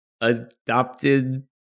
adopted